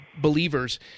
believers